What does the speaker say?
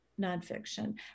nonfiction